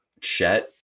Chet